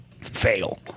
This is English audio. fail